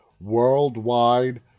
Worldwide